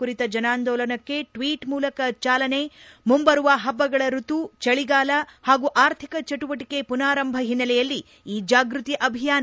ಕುರಿತ ಜನಾಂದೋಲನಕ್ಕೆ ಟ್ವೀಟ್ ಮೂಲಕ ಚಾಲನೆ ಮುಂಬರುವ ಹಬ್ಬಗಳ ಋತು ಚಳಿಗಾಲ ಹಾಗೂ ಅರ್ಥಿಕ ಚಟುವಟಿಕೆ ಪುನಾರಂಭ ಹಿನ್ನೆಲೆಯಲ್ಲಿ ಈ ಜಾಗೃತಿ ಅಭಿಯಾನ